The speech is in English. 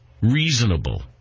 reasonable